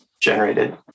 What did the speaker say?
generated